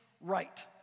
right